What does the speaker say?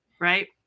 right